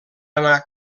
anar